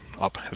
up